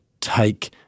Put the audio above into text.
Take